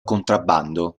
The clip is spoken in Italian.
contrabbando